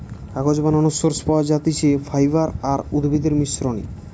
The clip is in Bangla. কাগজ বানানোর সোর্স পাওয়া যাতিছে ফাইবার আর উদ্ভিদের মিশ্রনে